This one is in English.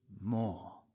more